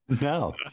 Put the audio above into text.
No